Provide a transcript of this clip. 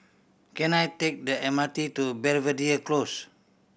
can I take the M R T to Belvedere Close